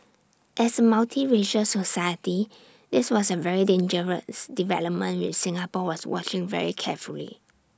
as A multiracial society this was A very dangerous development which Singapore was watching very carefully